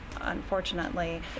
unfortunately